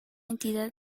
entidad